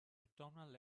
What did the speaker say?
autumnal